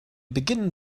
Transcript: beginnen